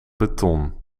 beton